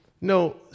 no